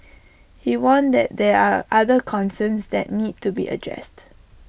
he warned that there are other concerns that need to be addressed